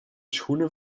schoenen